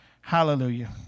Hallelujah